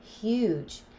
huge